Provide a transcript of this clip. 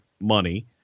money